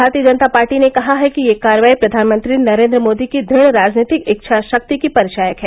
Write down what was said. भारतीय जनता पार्टी ने कहा है कि यह कार्रवाई प्रधानमंत्री नरेन्द्र मोदी की दृढ़ राजनीतिक इच्छा शक्ति की परिचायक है